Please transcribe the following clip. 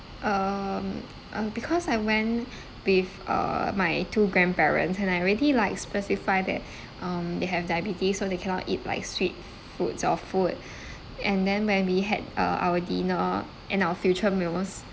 um um because I went with uh my two grandparents and I already like specify that um they have diabetes so they cannot eat like sweet foods or food and then when we had uh our dinner and our future meals